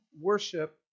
worship